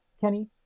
Kenny